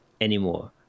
anymore